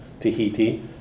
Tahiti